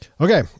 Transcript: Okay